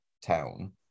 town